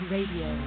Radio